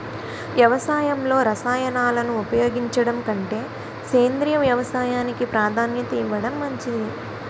వ్యవసాయంలో రసాయనాలను ఉపయోగించడం కంటే సేంద్రియ వ్యవసాయానికి ప్రాధాన్యత ఇవ్వడం మంచిది